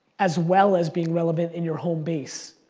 as well as being relevant in your home base.